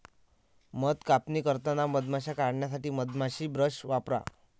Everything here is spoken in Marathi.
मध कापणी करताना मधमाश्या काढण्यासाठी मधमाशी ब्रश वापरा